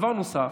דבר נוסף,